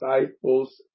Disciples